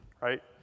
Right